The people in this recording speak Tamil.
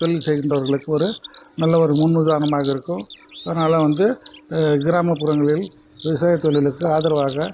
தொழில் செய்கின்றவர்களுக்கு ஒரு நல்ல ஒரு முன் உதாரணமாக இருக்கும் அதனால் வந்து கிராமப்புறங்களில் விவசாய தொழிலுக்கு ஆதரவாக